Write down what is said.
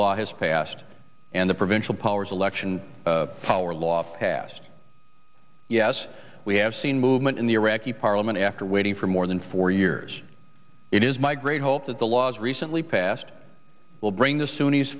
law has passed and the provincial powers election power law passed yes we have seen movement in the iraqi parliament after waiting for more than four years it is my great hope that the laws recently passed will bring the sunni